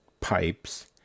pipes